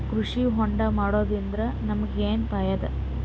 ಕೃಷಿ ಹೋಂಡಾ ಮಾಡೋದ್ರಿಂದ ನಮಗ ಏನ್ ಫಾಯಿದಾ?